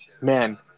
man